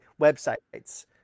websites